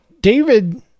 David